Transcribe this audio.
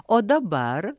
o dabar